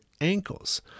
ankles